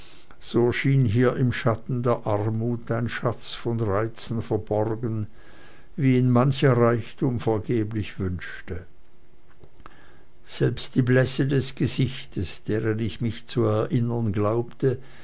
so erschien hier im schatten der armut ein schatz von reizen verborgen wie ihn mancher reichtum vergeblich wünschte selbst die blässe des gesichtes deren ich mich zu erinnern glaubte